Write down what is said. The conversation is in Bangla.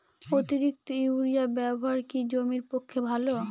অতিরিক্ত ইউরিয়া ব্যবহার কি জমির পক্ষে ভালো?